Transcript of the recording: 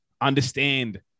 understand